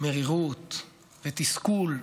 מרירות ותסכול.